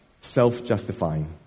self-justifying